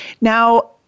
Now